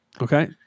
Okay